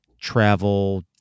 travel